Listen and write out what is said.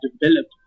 developed